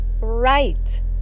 right